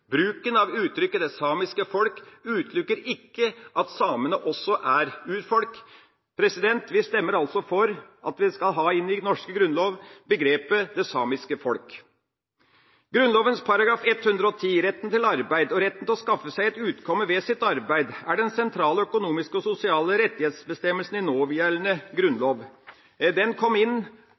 Bruken av uttrykket «det samiske folk» utelukker ikke at samene også er urfolk. Vi stemmer altså for at vi skal ha inn i den norske Grunnloven begrepet «det samiske folk». Grunnloven § 110 om retten til arbeid og retten til å skaffe seg et utkomme ved sitt arbeid er den sentrale økonomiske og sosiale rettighetsbestemmelsen i någjeldende grunnlov. Den kom inn